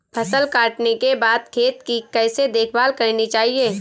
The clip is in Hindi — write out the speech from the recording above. फसल काटने के बाद खेत की कैसे देखभाल करनी चाहिए?